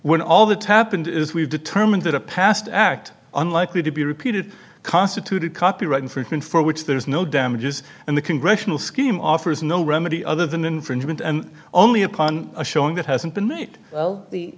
when all the tap and is we've determined that a past act unlikely to be repeated constituted copyright infringement for which there is no damages and the congressional scheme offers no remedy other than an infringement and only upon a showing that hasn't been made well